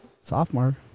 Sophomore